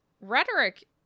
Rhetoric